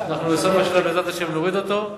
בסוף השנה,